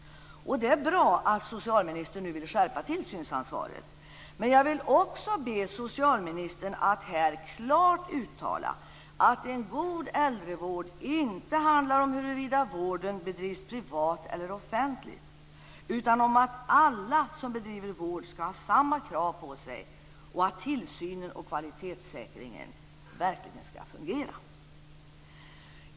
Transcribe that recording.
Det är bra att socialministern nu vill skärpa tillsynsansvaret. Men jag vill också be socialministern att här klart uttala att en god äldrevård inte handlar om huruvida vården bedrivs privat eller offentligt utan om att alla som bedriver vård skall ha samma krav på sig och att tillsynen och kvalitetssäkringen verkligen skall fungera.